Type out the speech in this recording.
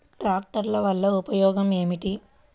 ట్రాక్టర్ల వల్ల ఉపయోగం ఏమిటీ?